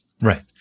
Right